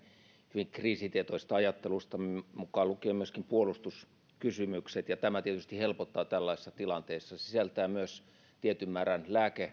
hyvin kriisitietoisesta ajattelustamme mukaan lukien puolustuskysymykset ja tämä tietysti helpottaa tällaisessa tilanteessa se sisältää myös tietyn määrän